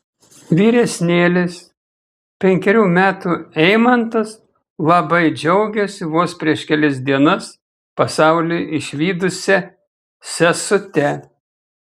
vyresnėlis penkerių metų eimantas labai džiaugiasi vos prieš kelias dienas pasaulį išvydusia sesute